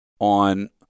on